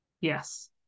yes